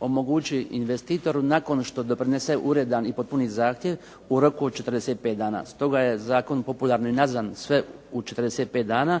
omogući investitoru nakon što doprinese uredan i potpuni zahtjev u roku od 45 dana, stoga je zakon popularno i nazvan sve u 45 dana